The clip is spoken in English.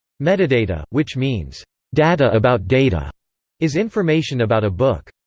metadata, which means data about data is information about a book.